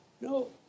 No